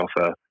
offer